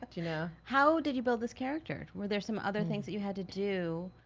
you know? how did you build this character? were there some other things that you had to do,